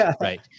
Right